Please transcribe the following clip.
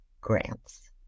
grants